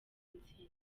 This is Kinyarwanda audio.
intsinzi